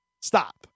Stop